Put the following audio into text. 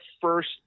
first